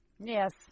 Yes